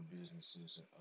businesses